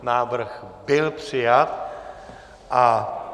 Návrh byl přijat.